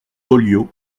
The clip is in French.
folliot